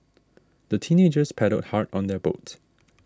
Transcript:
the teenagers paddled hard on their boat